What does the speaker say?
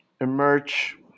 emerge